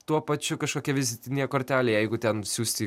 tuo pačiu kažkokia vizitinė kortelė jeigu ten siųsti į